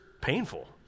painful